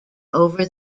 over